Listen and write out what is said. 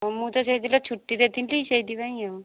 ମୁଁ ସେଇଦିନ ଛୁଟିରେ ଥିଲି ସେଥିପାଇଁ ଆଉ